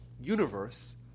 universe